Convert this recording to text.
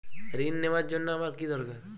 ঋণ নেওয়ার জন্য আমার কী দরকার?